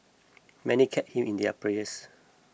many kept him in their prayers